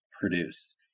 produce